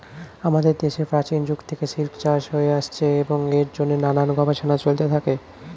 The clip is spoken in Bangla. আমাদের দেশে প্রাচীন যুগ থেকে সিল্ক চাষ হয়ে আসছে এবং এর জন্যে নানান গবেষণা চলতে থাকে